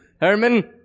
Herman